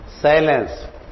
silence